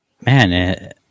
man